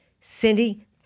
Cindy